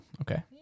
okay